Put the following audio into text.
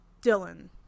Dylan